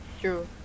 true